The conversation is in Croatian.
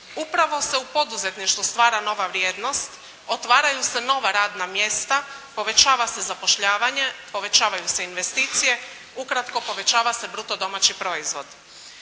Upravo se u poduzetništvu stvara nova vrijednost, otvaraju se nova radna mjesta, povećava se zapošljavanje, povećavaju se investicije, ukratko povećava se bruto domaći proizvod.